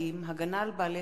בעלי-חיים (הגנה על בעלי-חיים)